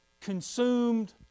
consumed